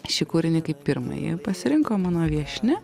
šį kūrinį kaip pirmąjį pasirinko mano viešnia